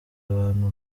abantu